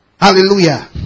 Hallelujah